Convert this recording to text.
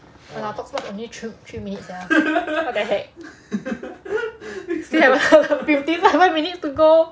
ya lah talk so much only three minutes sia what the heck still got fifty five more minutes to go